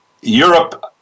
Europe